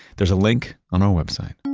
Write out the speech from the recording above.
there's a link on our website